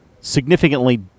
significantly